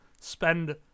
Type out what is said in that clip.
spend